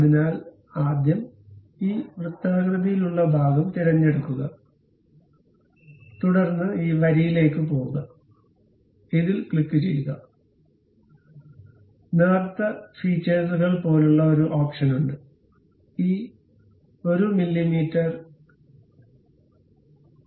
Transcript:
അതിനാൽ ആദ്യം ഈ വൃത്താകൃതിയിലുള്ള ഭാഗം തിരഞ്ഞെടുക്കുക തുടർന്ന് ഈ വരിയിലേക്ക് പോകുക ഇതിൽ ക്ലിക്കുചെയ്യുക നേർത്ത ഫീച്ചേഴ്സുകൽ പോലുള്ള ഒരു ഓപ്ഷൻ ഉണ്ട് ഈ 1 മില്ലീമീറ്റർ 0